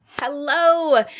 Hello